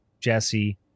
Jesse